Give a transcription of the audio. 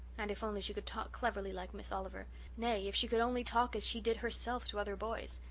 and if only she could talk cleverly like miss oliver nay, if she could only talk as she did herself to other boys!